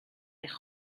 eich